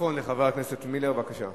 מיקרופון לחבר הכנסת מילר, בבקשה.